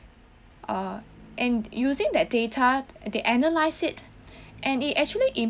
err and using that data they analyze it and it actually im~